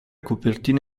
copertina